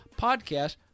podcast